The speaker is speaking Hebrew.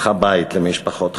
פתחה בית למשפחות חד-הוריות,